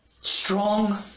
strong